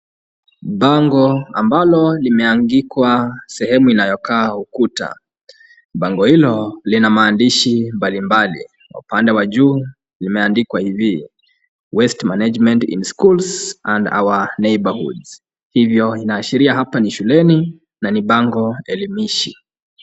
Bango ambalo limeandikwa sehemu inayokaa ukuta, bango hilo lina maandishi mbalimbali. Upande wa juu imeandikwa hivi, Waste management in schools and our neighbourhoods, hivyo inaashiria hapa ni shuleni na ni bango elimishi.